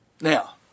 Now